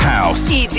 House